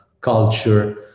culture